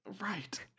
Right